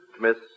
Miss